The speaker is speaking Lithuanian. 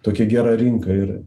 tokia gera rinka ir